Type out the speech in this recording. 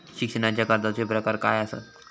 शिक्षणाच्या कर्जाचो प्रकार काय आसत?